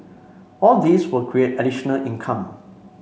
all these will create additional income